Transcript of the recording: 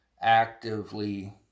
actively